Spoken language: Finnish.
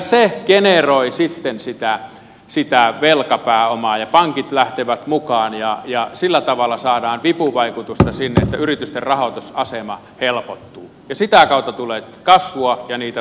se generoi sitten sitä velkapääomaa ja pankit lähtevät mukaan ja sillä tavalla saadaan vipuvaikutusta sinne että yritysten rahoitusasema helpottuu ja sitä kautta tulee kasvua ja niitä kaivattuja työpaikkoja